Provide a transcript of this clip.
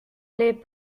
les